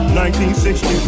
1960